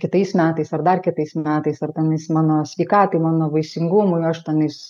kitais metais ar dar kitais metais ar tenais mano sveikatai mano vaisingumui aš tenais